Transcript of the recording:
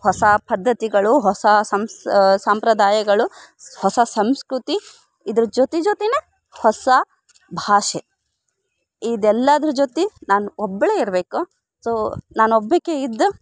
ಹೊಸ ಪದ್ಧತಿಗಳು ಹೊಸ ಸಂಸ್ ಸಂಪ್ರದಾಯಗಳು ಹೊಸ ಸಂಸ್ಕೃತಿ ಇದ್ರ ಜೊತೆ ಜೊತೇನೆ ಹೊಸ ಭಾಷೆ ಇದು ಎಲ್ಲದ್ರ ಜೊತೆ ನಾನು ಒಬ್ಬಳೇ ಇರ್ಬೇಕು ಸೋ ನಾಬು ಒಬ್ಬಾಕೆ ಇದ್ದ